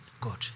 God